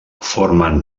formen